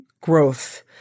growth